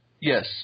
Yes